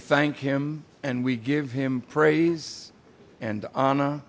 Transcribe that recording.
thank him and we give him praise and ana